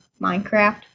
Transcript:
Minecraft